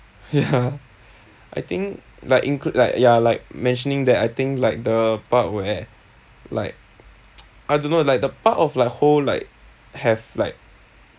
ya I think like include like ya like mentioning that I think like the part where like I don't know like the part of like whole like have like